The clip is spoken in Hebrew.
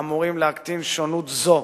האמורים להקטין שונות זו